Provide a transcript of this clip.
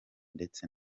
ndetse